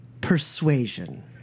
Persuasion